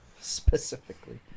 specifically